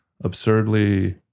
absurdly